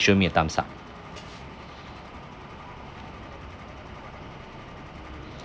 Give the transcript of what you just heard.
show me a thumbs up